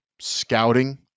scouting